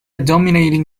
dominating